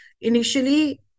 Initially